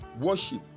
worship